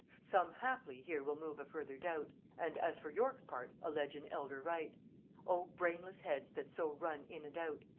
some haply here will move a further doubt, and as for york's part allege an elder right o brainless heads that so run in and out!